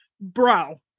bro